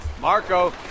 Marco